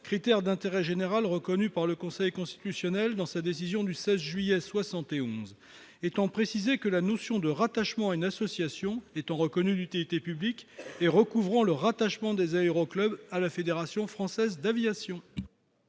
critère d'intérêt général reconnu par le Conseil constitutionnel dans sa décision du 16 juillet 1971, étant précisé qu'il doit y avoir rattachement à une association reconnue d'utilité publique et affiliation des aéroclubs à la Fédération française aéronautique.